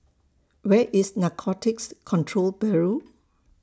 Where IS Narcotics Control Bureau